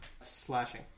Slashing